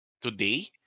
today